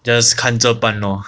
just 看着办 lor